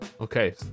Okay